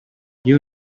you